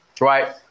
right